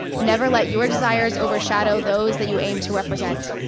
never let your desires overshadow those that you aim to represent.